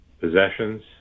possessions